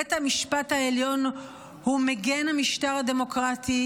בית המשפט העליון הוא מגן המשטר הדמוקרטי